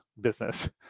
business